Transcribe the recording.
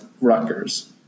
Rutgers